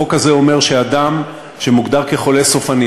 החוק הזה אומר שאדם שמוגדר כחולה סופני,